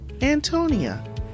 Antonia